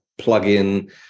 plugin